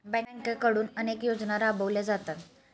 बँकांकडून अनेक योजना राबवल्या जातात